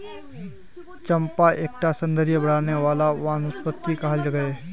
चंपा एक टा सौंदर्य बढाने वाला वनस्पति कहाल गहिये